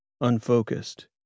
unfocused